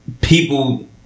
people